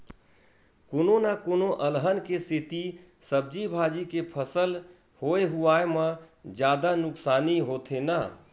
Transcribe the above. कोनो न कोनो अलहन के सेती सब्जी भाजी के फसल होए हुवाए म जादा नुकसानी होथे न